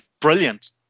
brilliant